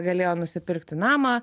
galėjo nusipirkti namą